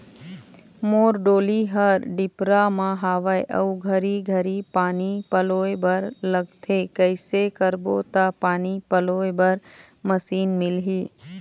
मोर डोली हर डिपरा म हावे अऊ घरी घरी पानी पलोए बर लगथे कैसे करबो त पानी पलोए बर मशीन मिलही?